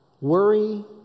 Worry